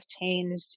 changed